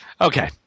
okay